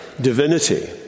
divinity